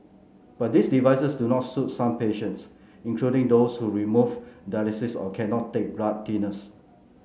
but these devices do not suit some patients including those who remove dialysis or cannot take blood thinners